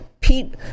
Pete